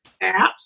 apps